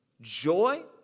joy